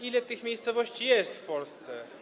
Ile tych miejscowości jest w Polsce?